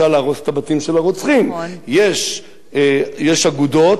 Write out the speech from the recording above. יש אגודות,